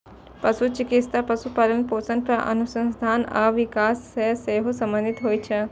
पशु चिकित्सा पशुपालन, पोषण पर अनुसंधान आ विकास सं सेहो संबंधित होइ छै